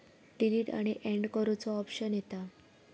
delete आणि add करुचो option येता